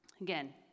again